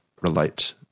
relate